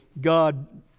God